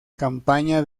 campaña